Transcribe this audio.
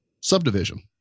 subdivision